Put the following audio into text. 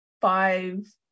five